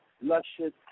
luscious